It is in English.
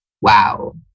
wow